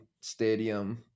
stadium